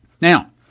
Now